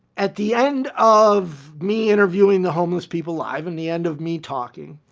at the end of me interviewing the homeless people live in the end of me talking,